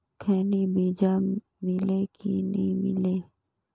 खैनी बिजा मिले कि नी मिले?